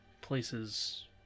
places